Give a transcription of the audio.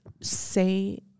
say